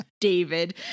David